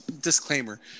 disclaimer